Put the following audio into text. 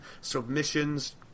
submissions